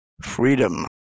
freedom